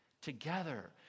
together